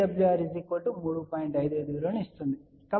55 విలువను ఇస్తుంది